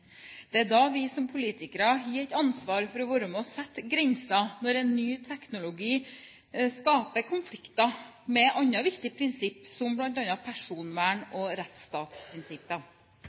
Det er da vi som politikere har et ansvar for å være med og sette grenser, når en ny teknologi skaper konflikter med et annet viktig prinsipp, som bl.a. personvern og